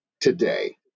today